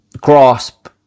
grasp